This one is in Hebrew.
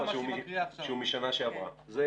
שהוא משנה שעברה.